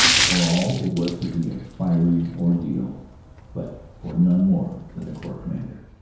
for all it was to be a fiery ordeal but for none more than the corps commander.